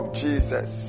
jesus